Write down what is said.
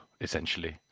essentially